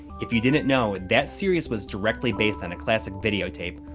if you didn't know, that series was directly based on a classic video tape,